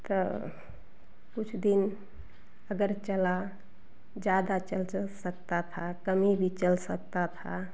तो कुछ दिन अगर चला ज़्यादा चल जे सकता था कहीं भी चल सकता था